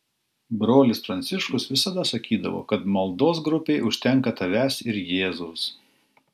brolis pranciškus visada sakydavo kad maldos grupei užtenka tavęs ir jėzaus